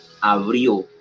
abrió